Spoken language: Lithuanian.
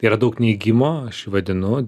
yra daug neigimo aš jį vadinu